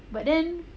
but then